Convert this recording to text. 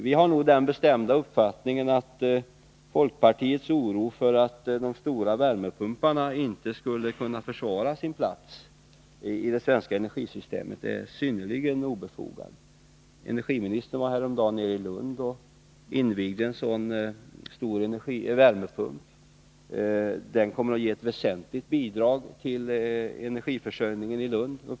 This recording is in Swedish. Vi har den bestämda uppfattningen att folkpartiets oro för att de stora värmepumparna inte skall kunna försvara sin plats i det svenska energisystemet är synnerligen obefogad. Energiministern var häromdagen i Lund och invigde en sådan här värmepump. Den kommer att ge ett väsentligt bidrag till energiförsörjningen i Lund.